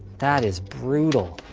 that is brutal.